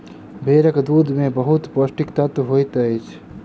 भेड़क दूध में बहुत पौष्टिक तत्व होइत अछि